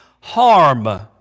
harm